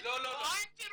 --- לא אנטישמי,